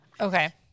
Okay